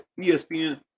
ESPN